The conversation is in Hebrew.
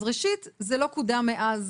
אז ראשית, זה לא קודם מאז